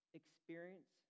experience